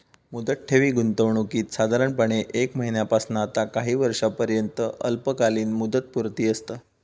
मुदत ठेवी गुंतवणुकीत साधारणपणे एक महिन्यापासना ता काही वर्षांपर्यंत अल्पकालीन मुदतपूर्ती असता